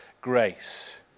grace